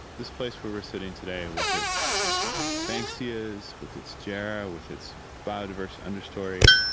this place where we're sitting today, with its banksias, with its jarrah, with its biodiverse understorey,